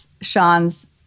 Sean's